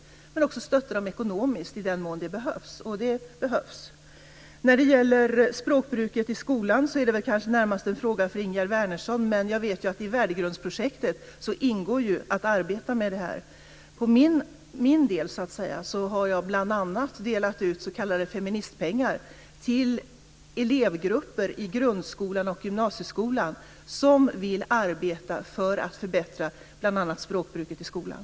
Men jag kan också stötta dem ekonomiskt i den mån det behövs, och det behövs. Språkbruket i skolan är väl närmast en fråga för Ingegerd Wärnersson. Men jag vet att i Värdegrundsprojektet ingår att arbeta med det här. Inom min del har jag bl.a. delat ut s.k. feministpengar till elevgrupper i grundskolan och gymnasieskolan som vill arbeta för att förbättra bl.a. språkbruket i skolan.